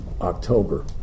October